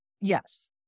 Yes